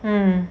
mm